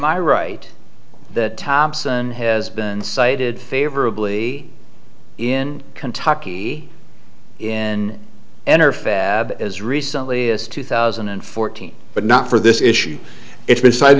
i right that thompson has been cited favorably in kentucky in enter fab as recently as two thousand and fourteen but not for this issue it's be